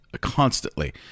constantly